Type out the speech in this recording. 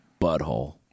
butthole